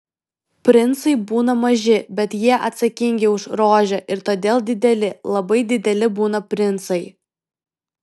princai būna maži bet jie atsakingi už rožę ir todėl dideli labai dideli būna princai